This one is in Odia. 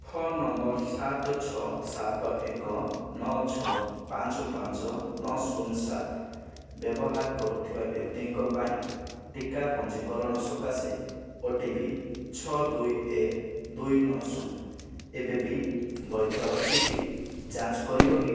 ଫୋନ ନମ୍ବର ସାତ ଛଅ ସାତ ଏକ ନଅ ଛଅ ପାଞ୍ଚ ପାଞ୍ଚ ନଅ ଶୁନ ସାତ ବ୍ୟବହାର କରୁଥିବା ବ୍ୟକ୍ତିଙ୍କ ପାଇଁ ଟିକା ପଞ୍ଜୀକରଣ ସକାଶେ ଓ ଟି ପି ଛଅ ଦୁଇ ଏକ ଦୁଇ ନଅ ଶୁନ ଏବେବି ବୈଧ ଅଛି କି ଯାଞ୍ଚ କରିବ କି